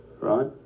right